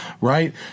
Right